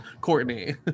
Courtney